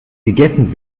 gegessen